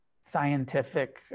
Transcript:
scientific